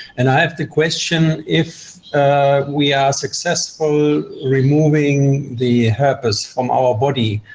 and i have the question, if we are successful removing the herpes from our body,